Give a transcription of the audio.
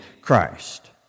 Christ